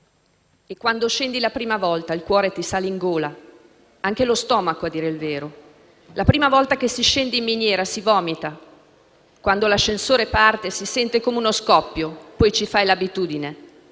E quando scendi la prima volta il cuore ti sale in gola, anche lo stomaco a dire il vero. La prima volta che si scende in miniera si vomita. Quando l'ascensore parte, si sente come uno scoppio, poi ci fai l'abitudine.